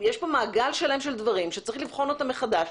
מעגל שלם של דברים שצריך לבחון אותם מחדש.